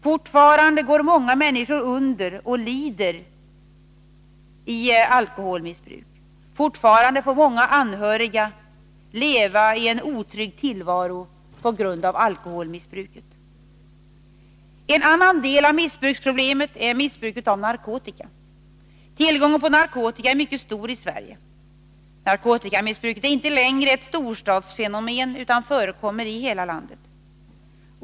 Fortfarande går många människor under i alkoholmissbruk, och fortfarande får många anhöriga leva i en otrygg tillvaro på grund av detta missbruk. En annan del av missbruksproblemet är missbruket av narkotika. Tillgången på narkotika är mycket stor i Sverige. Narkotikamissbruket är inte längre ett storstadsfenomen, utan förekommer i hela landet.